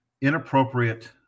inappropriate